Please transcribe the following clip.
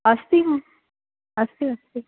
अस्ति अस्ति अस्ति